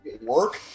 work